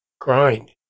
grind